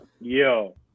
Yo